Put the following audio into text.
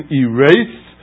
erase